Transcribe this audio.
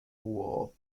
war